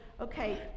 okay